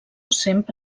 sempre